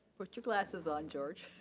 but your glasses on george.